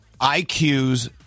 IQs